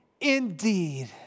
indeed